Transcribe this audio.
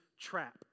trap